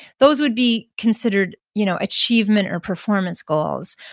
those would be considered you know achievement or performance goals.